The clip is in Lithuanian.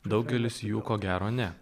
daugelis jų ko gero ne